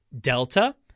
delta